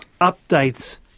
updates